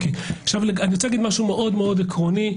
מאוד מאוד עקרוני.